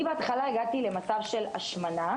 אני בהתחלה הגעתי מצב של השמנה,